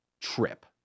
trip